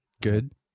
Good